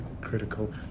critical